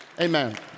Amen